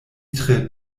tre